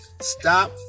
Stop